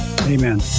Amen